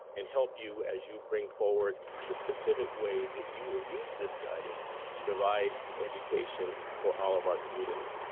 and help you as you bring forward the specific ways that you will use this guidance to provide education for all of our students.